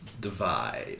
divide